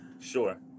Sure